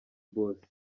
boss